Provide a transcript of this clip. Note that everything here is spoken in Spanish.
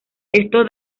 esto